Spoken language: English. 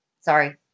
Sorry